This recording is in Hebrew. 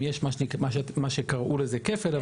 אם יש מה שקראו לזה כפל,